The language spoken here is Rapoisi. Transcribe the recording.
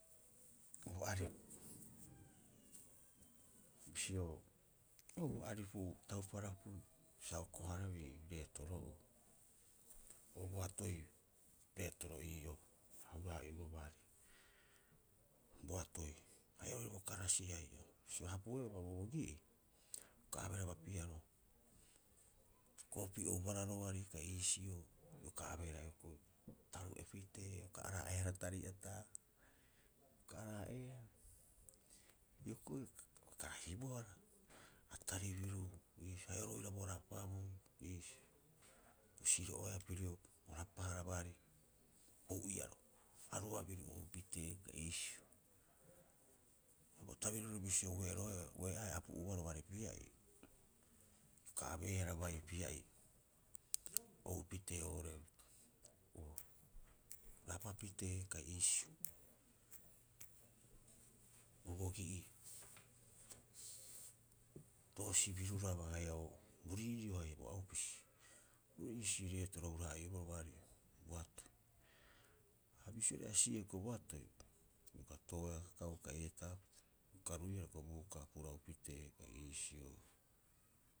Bo aripu, bisio, o bo aripu bo tauparaiu sa hoko- hareeu ei reetoro'oo. O bo atoi reetoro ii'oo a hura- haa'ioboroo baari boatoi. Haia oo'ore bo karasi haia, bisio hapuebaa bobogi'ii, ioka abeehara bapiaro, ta koopii oubohara roari kai iisio. Ioka abeehara hioko'i taruu'e pitee, ioka araa'eehara tari'ata, ioka araa'eehara. Hioko'i ioka karasibohara, atari biru haia oru oira bo rapabuu, iisio. Bo husiro'oeaa pirio bo rapahara baari bo ou'iaro, aru'a biru oupitee iisio. Ha bo tabirirori bisio ue'eroea, ue'e'aeaa apu'uu baroo baari pia'ii, ioka abeehara baire pia'ii o oupitee oo'ore, o rapapitee kai iisio. Bobogi'ii toosi biruraba haia o, bo riiri'o haia bo aupesi, oo iisio reetoro a hura- haa'ioboroo baari boatoi. Ha bisio re'asi'iia hioko'i boatoi, ioka tooea kakau kai heetaapita, ioka ruihara hioko'i Buka purau pitee, hioko'o iisio.